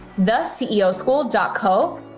theceoschool.co